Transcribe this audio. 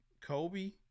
Kobe